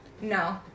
no